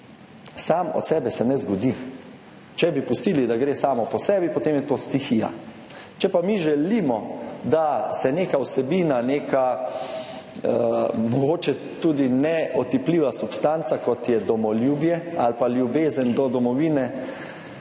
sam od sebe se ne zgodi. Če bi pustili, da gre samo po sebi, potem je to stihija. Če pa mi želimo, da se neka vsebina, neka mogoče tudi neotipljiva substanca, kot je domoljubje ali ljubezen do domovine